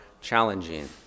challenging